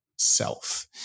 self